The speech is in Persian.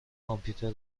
کامپیوتر